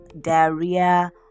diarrhea